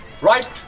Right